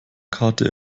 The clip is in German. karte